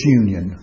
union